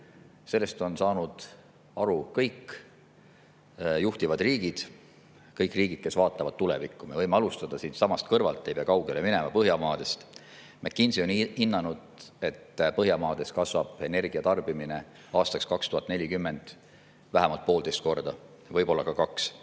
Sellest on saanud aru kõik juhtivad riigid, kõik riigid, kes vaatavad tulevikku. Me võime alustada siitsamast kõrvalt Põhjamaadest, ei pea kaugele minema. McKinsey on hinnanud, et Põhjamaades kasvab energiatarbimine aastaks 2040 vähemalt poolteist korda, võib-olla ka kaks.